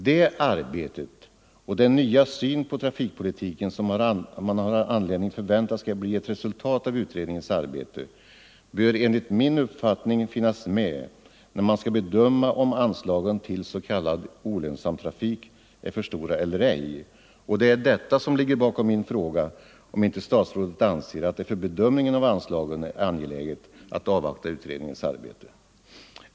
Det arbetet och den nya syn på trafikpolitiken som man har anledning förvänta skall bli ett resultat av utredningens arbete bör enligt min uppfattning finnas med när man skall bedöma om anslagen till s.k. olönsam trafik är för stora eller ej. Det är detta som ligger bakom min fråga om inte statsrådet anser att det för bedömningen av anslagen är angeläget att avvakta utredningens arbete.